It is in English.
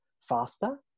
faster